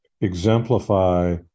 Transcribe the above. exemplify